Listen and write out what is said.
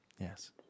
Yes